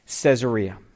Caesarea